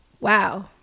Wow